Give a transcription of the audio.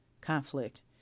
conflict